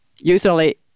Usually